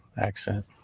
accent